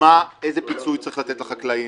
איזה פיצוי צריך לתת לחקלאים,